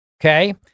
Okay